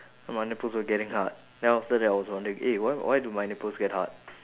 my nipples were getting hard then after that I was wondering eh why why do my nipples get hard